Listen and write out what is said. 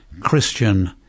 Christian